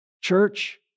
Church